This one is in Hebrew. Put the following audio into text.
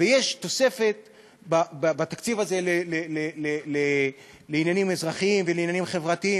יש תוספת בתקציב הזה לעניינים אזרחיים ולעניינים חברתיים,